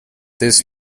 this